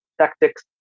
tactics